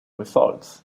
results